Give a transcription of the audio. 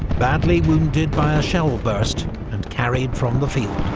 badly wounded by a shell burst and carried from the field,